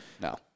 no